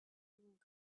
time